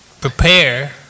prepare